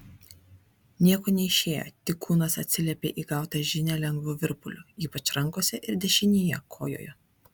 nieko neišėjo tik kūnas atsiliepė į gautą žinią lengvu virpuliu ypač rankose ir dešinėje kojoje